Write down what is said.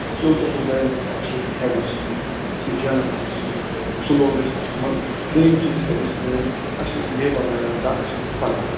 اَسہِ لوٚگ یِمو دۄیو منٛز اَسہِ لوگ خیبر سیٖمَٹھ سُہ چھُ جانامانا سیٖمٹھ سُہ لوگ اَسہِ اَتھ منٛز دوٚیِم چیٖز کٔر اَسہِ کٲم اَسہِ ٲسۍ لیٚبَر لَگان دَہ اَسہِ ہیٛتۍ پنٛداہ